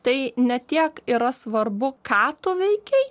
tai ne tiek yra svarbu ką tu veikei